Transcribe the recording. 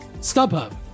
StubHub